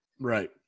Right